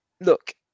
look